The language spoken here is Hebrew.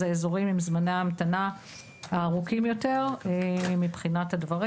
אלה האזורים עם זמני ההמתנה הארוכים יותר מבחינת הדברים.